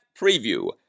preview